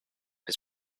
his